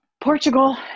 Portugal